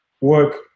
work